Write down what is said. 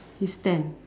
he's ten